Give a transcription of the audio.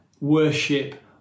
worship